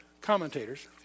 commentators